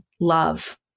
love